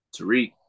Tariq